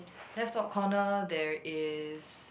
left top corner there is